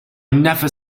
never